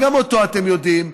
וגם אותו אתם יודעים,